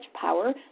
power